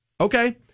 Okay